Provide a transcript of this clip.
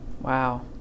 Wow